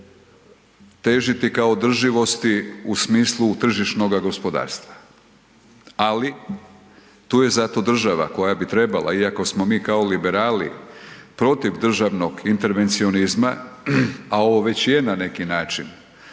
težiti ka održivosti u smislu tržišnoga gospodarstva. Ali, tu je zato država koja bi trebala, iako smo mi kao liberali protiv državnog intervencionizma, a ovo već je na neki način